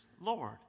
Lord